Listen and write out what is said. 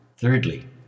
Thirdly